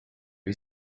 you